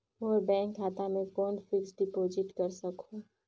मोर bank खाता मे कौन फिक्स्ड डिपॉजिट कर सकहुं?